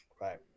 Right